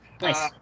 nice